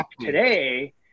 today